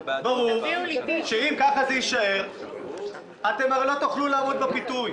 ברור שאם ככה זה יישאר אתם הרי לא תוכלו לעמוד בפיתוי,